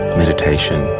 meditation